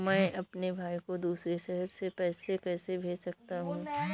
मैं अपने भाई को दूसरे शहर से पैसे कैसे भेज सकता हूँ?